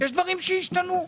דברים השתנו.